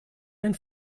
ein